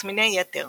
תסמיני יתר